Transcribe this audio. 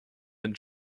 than